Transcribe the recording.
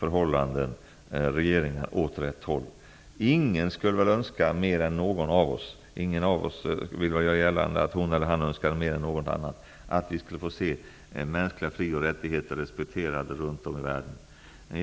bl.a. regeringar åt rätt håll. Ingen önskar väl mer än någon annan att få se de mänskliga fri och rättigheterna respekterade runt om i världen.